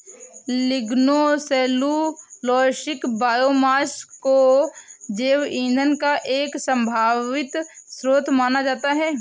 lignocellulosic biomass को जैव ईंधन का एक संभावित स्रोत माना जाता है